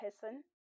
person